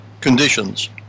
Conditions